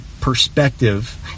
perspective